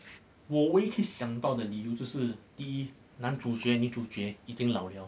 我唯一想到的理由就是的第一男主角女主角已经老了